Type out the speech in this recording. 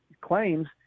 claims